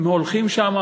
הם הולכים לשם,